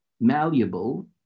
malleable